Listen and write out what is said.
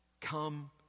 Come